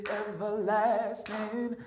everlasting